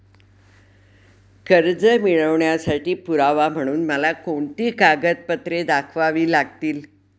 कर्ज मिळवण्यासाठी पुरावा म्हणून मला कोणती कागदपत्रे दाखवावी लागतील?